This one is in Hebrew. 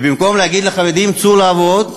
במקום להגיד לחרדים: צאו לעבוד,